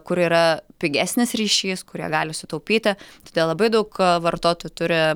kur yra pigesnis ryšys kur jie gali sutaupyti todėl labai daug vartotojų turi